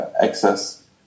access